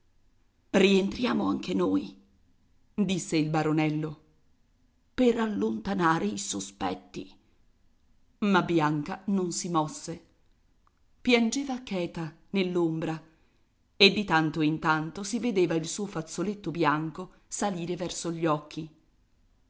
rientriamo anche noi disse il baronello per allontanare i sospetti ma bianca non si mosse piangeva cheta nell'ombra e di tanto in tanto si vedeva il suo fazzoletto bianco salire verso gli occhi